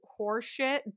horseshit